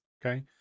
Okay